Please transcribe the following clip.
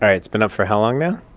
um it's been up for how long now?